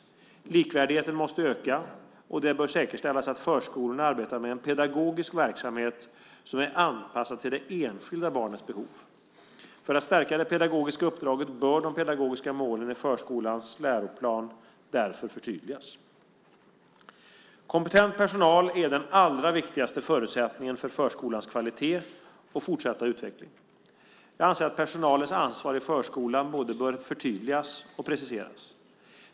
Likvärdigheten måste öka, och det bör säkerställas att förskolorna arbetar med en pedagogisk verksamhet som är anpassad till det enskilda barnets behov. För att stärka det pedagogiska uppdraget bör de pedagogiska målen i förskolans läroplan därför förtydligas. Kompetent personal är den allra viktigaste förutsättningen för förskolans kvalitet och fortsatta utveckling. Jag anser att personalens ansvar i förskolan både bör förtydligas och preciseras.